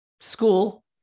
school